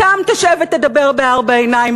אתם תשב ותדבר בארבע עיניים,